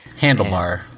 Handlebar